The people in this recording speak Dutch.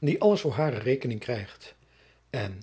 die alles voor hare rekening krijgt en